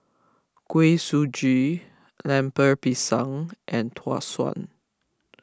Kuih Suji Lemper Pisang and Tau Suan